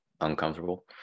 uncomfortable